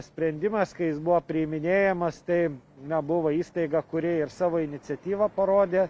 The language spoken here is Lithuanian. sprendimas kai jis buvo priiminėjamas tai na buvo įstaiga kuri ir savo iniciatyvą parodė